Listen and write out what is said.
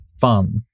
fun